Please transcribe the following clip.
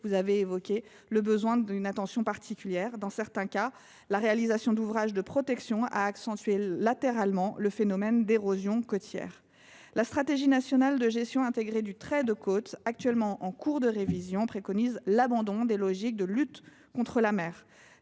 vous avez évoqué le besoin d’une attention particulière à ceux ci, mais il faut rappeler que, dans certains cas, la réalisation d’ouvrages de protection a accentué latéralement le phénomène d’érosion côtière. La stratégie nationale de gestion intégrée du trait de côte actuellement en cours de révision préconise l’abandon des logiques de lutte contre la mer,